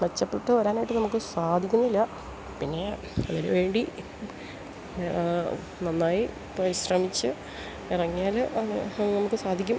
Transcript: മെച്ചപ്പെട്ട് വരാനായിട്ട് നമുക്ക് സാധിക്കുന്നില്ല പിന്നെ അതിന് വേണ്ടി നന്നായി പരിശ്രമിച്ച് ഇറങ്ങിയാൽ അത് നമുക്ക് സാധിക്കും